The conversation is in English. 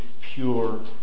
pure